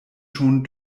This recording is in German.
schon